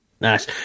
Nice